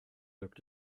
looked